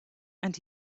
and